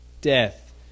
death